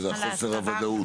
חוסר הוודאות.